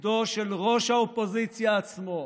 מצידו של ראש האופוזיציה עצמו,